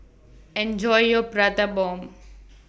Enjoy your Prata Bomb